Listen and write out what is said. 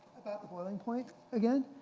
about the boiling point, again?